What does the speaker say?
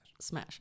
Smash